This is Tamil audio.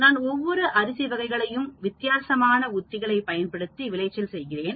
நான் ஒவ்வொரு அரிசி வகைகளையும் வித்தியாசமான உத்திகளை பயன்படுத்தி விளைச்சல் செய்கிறேன்